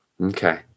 okay